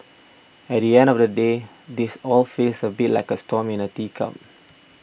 at the end of the day this all feels a bit like a storm in a teacup